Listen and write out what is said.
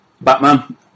Batman